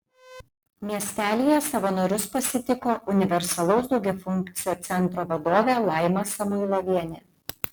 miestelyje savanorius pasitiko universalaus daugiafunkcio centro vadovė laima samuilovienė